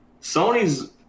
Sony's